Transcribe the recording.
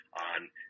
on